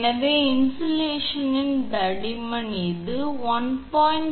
எனவே இன்சுலேஷனின் தடிமன் இது 1